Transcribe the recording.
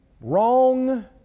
wrong